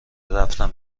رفتن